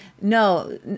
No